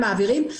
מעבירים.